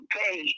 pay